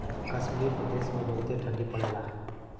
कश्मीर प्रदेस मे बहुते ठंडी पड़ेला